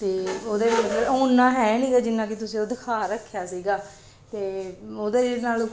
ਅਤੇ ਉਹਦੇ ਉਹ ਓਨਾ ਹੈ ਨਹੀਂ ਗਾ ਜਿੰਨਾ ਕਿ ਤੁਸੀਂ ਉਹ ਦਿਖਾ ਰੱਖਿਆ ਸੀਗਾ ਅਤੇ ਉਹਦੇ ਨਾਲ